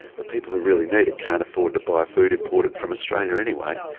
the people who really need it can't afford to buy food imported from australia anyway,